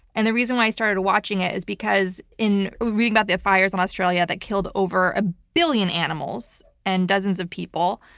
and the reason why i started watching it is because in reading about the fires in australia that killed over a billion animals and dozens of people,